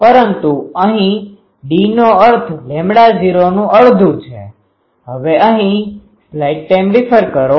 પરંતુ અહીં dનો અર્થ λ૦નુ અડધું છે